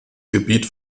gebiet